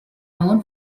known